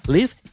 Live